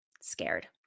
scared